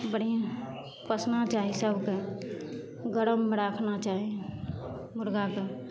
बढ़िएँ पोसना चाही सभकेँ गरममे राखना चाही मुरगाके